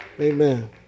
Amen